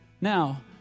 Now